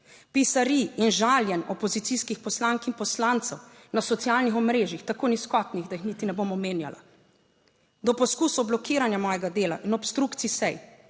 pisarij in žaljenj opozicijskih poslank in poslancev na socialnih omrežjih, tako nizkotnih, da jih niti ne bom omenjala, do poskusov blokiranja mojega dela in obstrukcij sej,